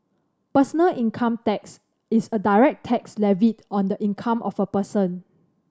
personal income tax is a direct tax levied on the income of a person